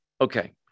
Okay